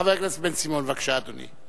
חבר הכנסת בן-סימון, בבקשה, אדוני.